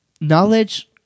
Knowledge